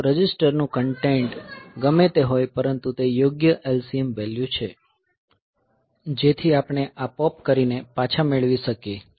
તો રજીસ્ટરનું કન્ટેન્ટ ગમે તે હોય પરંતુ તે યોગ્ય LCM વેલ્યુ છે જેથી આપણે આ પોપ કરીને પાછા મેળવી શકીએ